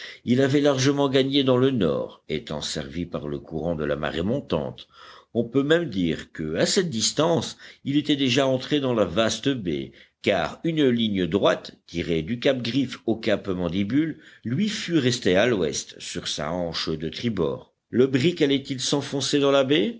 il avait largement gagné dans le nord étant servi par le courant de la marée montante on peut même dire que à cette distance il était déjà entré dans la vaste baie car une ligne droite tirée du cap griffe au cap mandibule lui fut restée à l'ouest sur sa hanche de tribord le brick allait-il s'enfoncer dans la baie